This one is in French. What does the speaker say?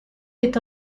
est